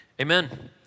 amen